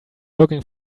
looking